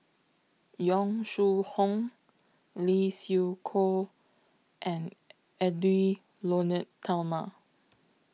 Yong Shu Hoong Lee Siew Choh and Edwy Lyonet Talma